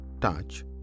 touch